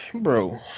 bro